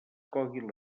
coguin